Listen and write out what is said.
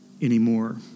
anymore